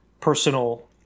personal